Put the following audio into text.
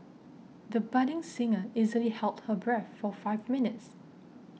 the budding singer easily held her breath for five minutes